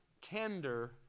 tender